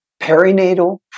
perinatal